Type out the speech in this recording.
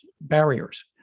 barriers